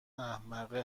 احمقه